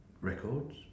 records